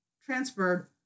transferred